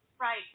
Right